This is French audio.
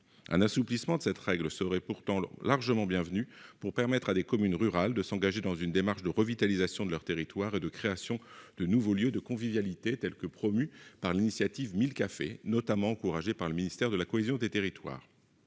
Un assouplissement de cette règle serait pourtant largement bienvenu afin de permettre à des communes rurales de s'engager dans une démarche de revitalisation de leur territoire et de création de nouveaux lieux de convivialité, comme le promeut l'initiative Mille cafés, encouragée- entre autres -par le ministère de la cohésion des territoires.